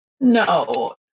No